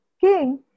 king